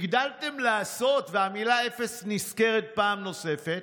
הגדלתם לעשות, והמילה "אפס" נזכרת פעם נוספת,